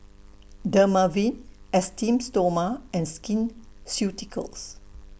Dermaveen Esteem Stoma and Skin Ceuticals